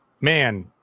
man